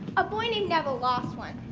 a boy named neville lost one.